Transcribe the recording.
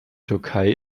türkei